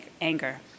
anger